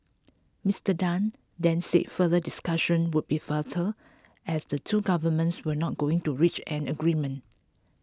Mister Tan then said further discussion would be futile as the two governments were not going to reach an agreement